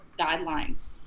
guidelines